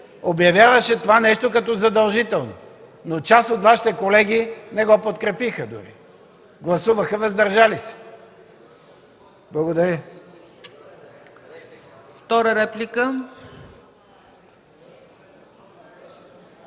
обявяваше това нещо като задължително, но част от Вашите колеги не го подкрепиха, дори гласуваха „въздържали се”. Благодаря.